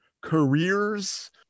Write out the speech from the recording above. careers